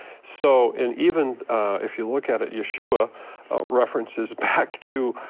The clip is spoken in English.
so, and even if you look at at yeshua references back to